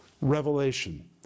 revelation